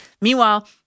Meanwhile